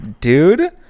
dude